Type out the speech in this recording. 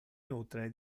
nutre